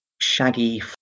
shaggy